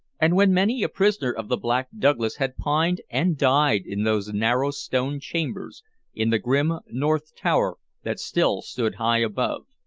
and when many a prisoner of the black douglas had pined and died in those narrow stone chambers in the grim north tower that still stood high above.